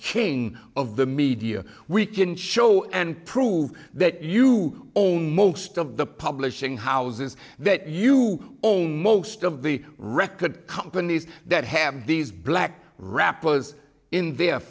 king of the media we can show and prove that you own most of the publishing houses that you own most of the record companies that have these black rappers in their